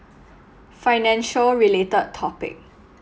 financial related topic